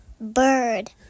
Bird